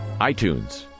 iTunes